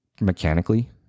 mechanically